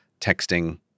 texting